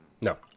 No